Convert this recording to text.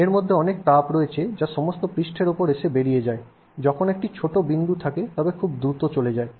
এর মধ্যে অনেক তাপ রয়েছে যা সমস্ত পৃষ্ঠের উপরে এসে বেরিয়ে যায় যখন একটি ছোট বিন্দু থাকে তখন খুব দ্রুত চলে যায়